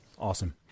Awesome